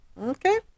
Okay